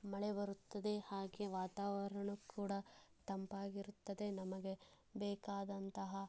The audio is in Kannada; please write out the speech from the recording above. ಮಳೆ ಬರುತ್ತದೆ ಹಾಗೆ ವಾತಾವರಣ ಕೂಡ ತಂಪಾಗಿ ಇರುತ್ತದೆ ನಮಗೆ ಬೇಕಾದಂತಹ